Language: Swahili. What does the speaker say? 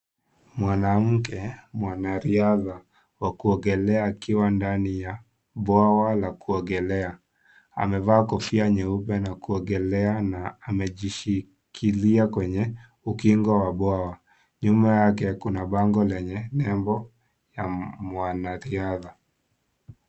Mwanamke mwanariadha wa kuogelea akiwa ndani ya bwawa la kuogelea amevaa kofia nyeupe ya kuogelea na amejishikilia kwenye ukingo wa bwawa. Nyuma yake kuna bango lenye nembo ya mwanariadha.